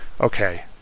okay